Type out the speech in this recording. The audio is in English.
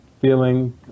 feeling